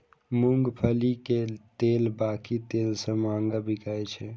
मूंगफली के तेल बाकी तेल सं महग बिकाय छै